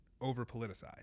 over-politicized